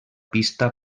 pista